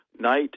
Night